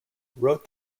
wrote